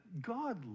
God